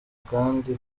kandi